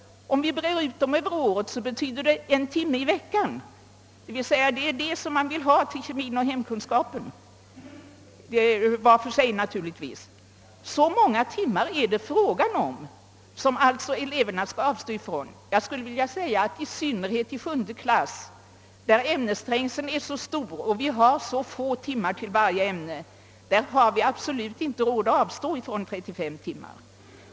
Om vi fördelar dem över året betyder det en timme i veckan, d.v.s. den tid som man önskar ytterligare för vardera av kemin och hemkunskapen. Så många timmar som eleverna skall avstå från är det alltså fråga om. I synnerhet i sjunde klass, där ämnesträngseln är så stor och så få timmar står till förfogande för varje ämne, har vi absolut inte råd att avstå från 35 timmar.